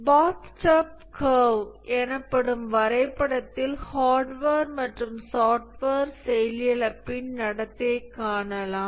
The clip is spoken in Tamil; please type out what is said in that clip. பாத்டப் கர்வ் எனப்படும் வரைபடத்தில் ஹார்ட்வேர் மற்றும் சாஃப்ட்வேர் செயலிழப்பின் நடத்தை காணலாம்